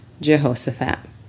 Jehoshaphat